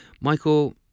Michael